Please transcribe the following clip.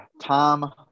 Tom